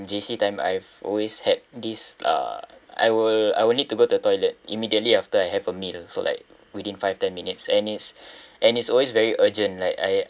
J_C time I've always had this uh I will I will need to go to the toilet immediately after I have a meal so like within five ten minutes and it's and it's always very urgent like I